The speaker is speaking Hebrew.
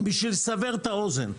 בשביל לסבר את האוזן,